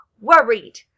worried